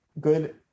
good